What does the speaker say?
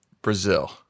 Brazil